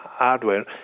Hardware